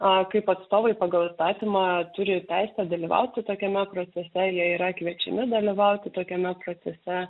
kaip atstovai pagal įstatymą turi teisę dalyvauti tokiame procese jie yra kviečiami dalyvauti tokiame procese